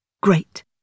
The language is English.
great